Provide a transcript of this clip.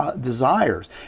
desires